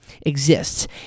exists